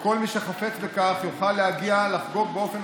וכל מי שחפץ בכך יוכל להגיע לחגוג באופן